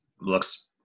looks